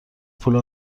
پول